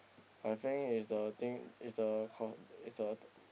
I think is the thing is the k~ is the